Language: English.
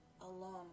alone